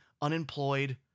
unemployed